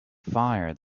fire